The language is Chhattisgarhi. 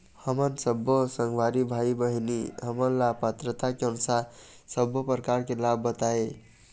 हमन सब्बो संगवारी भाई बहिनी हमन ला पात्रता के अनुसार सब्बो प्रकार के लाभ बताए?